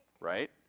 right